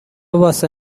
واسه